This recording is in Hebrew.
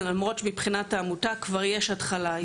למרות שמבחינת העמותה כבר יש התחלה,